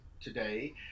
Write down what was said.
today